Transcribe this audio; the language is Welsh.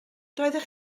doeddech